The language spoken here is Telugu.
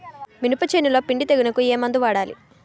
మినప చేనులో పిండి తెగులుకు ఏమందు వాడాలి?